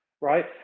Right